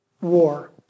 war